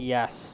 Yes